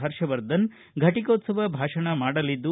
ಹರ್ಷವರ್ಧನ್ ಘಟಕೋತ್ಸವ ಭಾಷಣ ಮಾಡಲಿದ್ದು